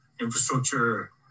infrastructure